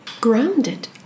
grounded